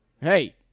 hey